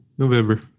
November